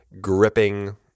gripping